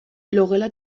logela